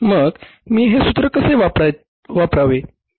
मग मी हे सूत्र कसे वापरत आहे